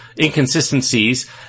Inconsistencies